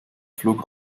pflug